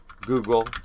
Google